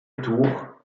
tours